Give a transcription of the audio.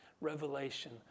revelation